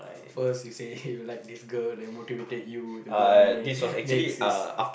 uh first you say you like this girl they motivated you the girl N_A next is